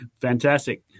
Fantastic